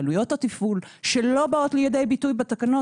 לעלויות התפעול שלא באות לידי ביטוי בתקנות